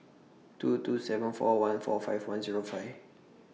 two two seven four one four five one Zero five